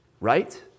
right